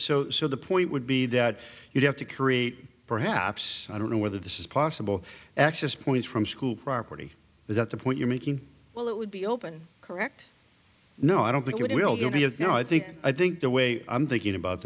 so so the point would be that you'd have to create perhaps i don't know whether this is possible access points from school property is that the point you're making well that would be open correct no i don't think it will be you know i think i think the way i'm thinking about